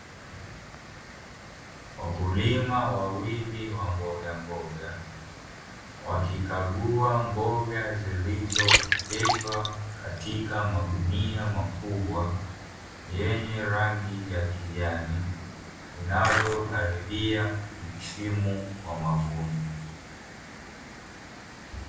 Wakulima wawili wa mbogamboga, wakikagua mboga zilizooteshwa katika magunia makubwa yenye rangi ya kijani, zinazokaribia msimu wa mavuno.